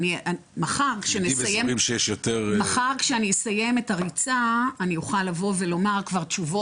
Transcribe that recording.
מחר כשאני אסיים את הריצה אני אוכל לבוא ולומר כבר תשובות.